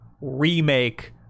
remake